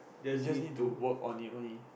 you just need to work on it only